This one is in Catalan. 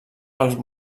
pels